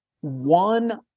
one